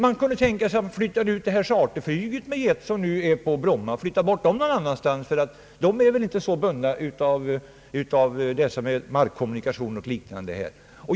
Man kunde också tänka sig att från Bromma flytta bort det charterflyg med jetflygplan som nu pågår där, ty detta flyg är väl inte så bundet av markkommunikationer och dylikt.